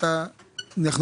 לצערי,